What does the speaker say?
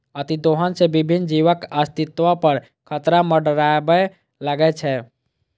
अतिदोहन सं विभिन्न जीवक अस्तित्व पर खतरा मंडराबय लागै छै